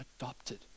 Adopted